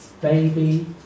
baby